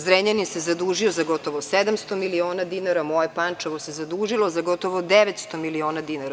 Zrenjanin se zadužio za gotovo 700 miliona dinara, moje Pančevo se zadužilo za gotovo 900 miliona dinara.